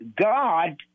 God